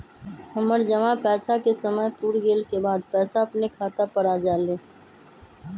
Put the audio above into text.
हमर जमा पैसा के समय पुर गेल के बाद पैसा अपने खाता पर आ जाले?